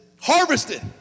harvested